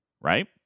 right